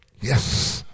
yes